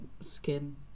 skin